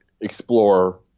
explore